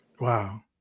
Wow